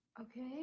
okay